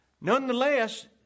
Nonetheless